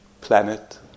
planet